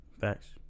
Facts